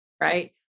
right